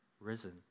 risen